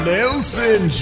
Nelson